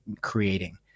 creating